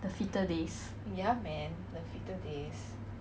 then I don't know eh ya I did